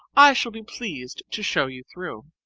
i shall be pleased to show you through.